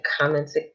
comments